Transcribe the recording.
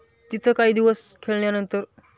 तिथं काही दिवस खेळल्यानंतर